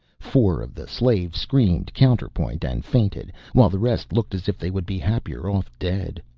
four of the slaves screamed counterpoint and fainted, while the rest looked as if they would be happier off dead.